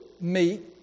meet